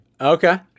okay